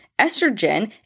estrogen